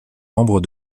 membres